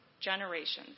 generations